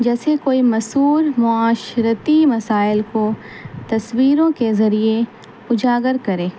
جیسے کوئی مسور معاشرتی مسائل کو تصویروں کے ذریعے اجاگر کرے